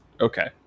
Okay